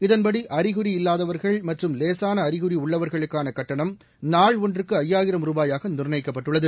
இதன்படி அறிகுறி இல்லாதவா்கள் மற்றும் லேசான அறிகுறி உள்ளவா்களுக்கான கட்டணம் நாள் ஒன்றுக்கு ஐயாயிரம் ரூபாயாக நிர்ணயிக்கப்பட்டுள்ளது